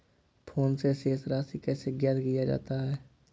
Phone से शेष राशि कैसे ज्ञात किया जाता है?